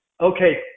okay